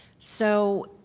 so,